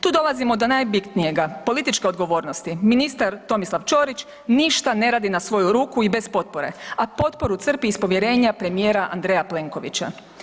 Tu dolazimo na najbitnijega, političke odgovornosti, ministar Tomislav Ćorić ništa ne radi na svoju ruku i bez potpore, a potporu crpi iz povjerenja premijera Andreja Plenkovića.